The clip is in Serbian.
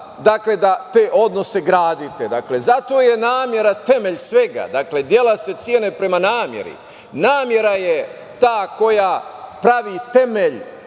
da te odnose gradite. Zato je namera temelj svega. Dakle, dela se cene prema nameri. Namera je ta koja pravi temelj